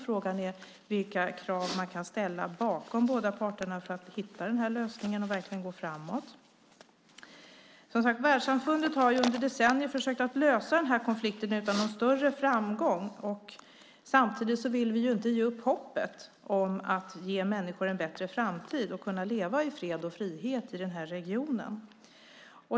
Frågan är vilka krav man kan ställa på båda parterna för att hitta den här lösningen och verkligen gå framåt. Världssamfundet har under decennier försökt lösa konflikten utan någon större framgång. Samtidigt vill vi inte ge upp hoppet om att ge människor en bättre framtid så att de kan leva i fred och frihet i den här regionen.